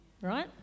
right